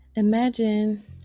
Imagine